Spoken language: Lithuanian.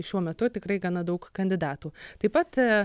šiuo metu tikrai gana daug kandidatų taip pat